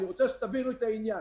אני רוצה שתבינו את העניין.